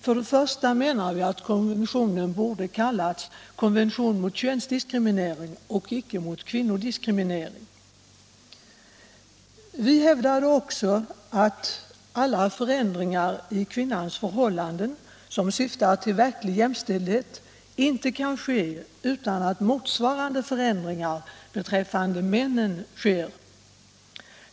Först och främst menade 87 vi att konventionen borde ha kallats konvention mot könsdiskriminering och icke konvention mot kvinnodiskriminering. Vi hävdade också att alla förändringar i kvinnors förhållanden som syftar till verklig jämställdhet inte kan ske utan att motsvarande förändringar sker beträffande männen.